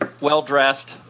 well-dressed